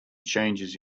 changes